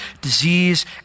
disease